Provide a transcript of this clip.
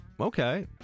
okay